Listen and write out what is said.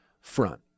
front